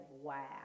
Wow